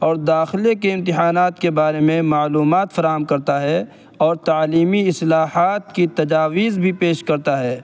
اور داخلے کے امتحانات کے بارے میں معلومات فراہم کرتا ہے اور تعلیمی اصلاحات کی تجاویز بھی پیش کرتا ہے